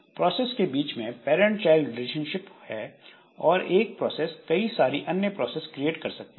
process के बीच में पैरंट चाइल्ड रिलेशनशिप है और एक प्रोसेस कई सारी अन्य प्रोसेस क्रिएट कर सकती है